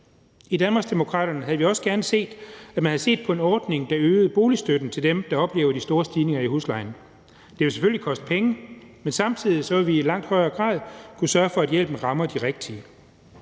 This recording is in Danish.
I Danmarksdemokraterne havde vi også gerne set, at man havde set på en ordning, der øgede boligstøtten til dem, der oplever de store stigninger i huslejen. Det ville selvfølgelig koste penge, men samtidig ville vi i langt højere grad kunne sørge for, at hjælpen rammer de rigtige.